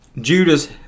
Judas